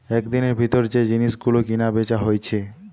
একদিনের ভিতর যে জিনিস গুলো কিনা বেচা হইছে